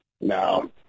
No